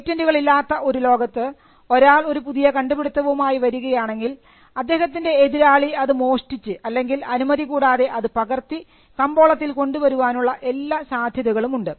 പേറ്റന്റുകൾ ഇല്ലാത്ത ഒരു ലോകത്ത് ഒരാൾ ഒരു പുതിയ കണ്ടുപിടുത്തവുമായി വരികയാണെങ്കിൽ അദ്ദേഹത്തിൻറെ എതിരാളി അത് മോഷ്ടിച്ച് അല്ലെങ്കിൽ അനുമതി കൂടാതെ അത് പകർത്തി കമ്പോളത്തിൽ കൊണ്ടുവരാനുള്ള എല്ലാ സാധ്യതകളും ഉണ്ട്